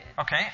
Okay